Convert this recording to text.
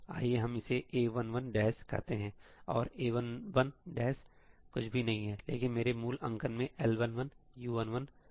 आइए हम इसेA11कहते हैं और A11 कुछ भी नहीं है लेकिन मेरे मूल अंकन में L11 U11 है